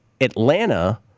Atlanta